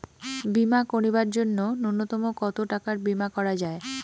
বীমা করিবার জন্য নূন্যতম কতো টাকার বীমা করা যায়?